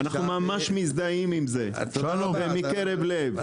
אנחנו ממש מזדהים עם זה מקרב לב.